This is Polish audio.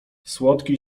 słodki